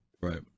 Right